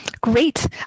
great